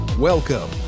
Welcome